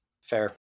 Fair